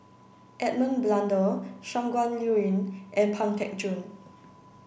Edmund Blundell Shangguan Liuyun and Pang Teck Joon